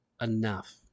enough